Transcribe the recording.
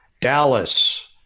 Dallas